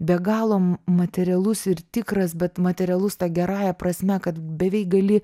be galo materialus ir tikras bet materialus ta gerąja prasme kad beveik gali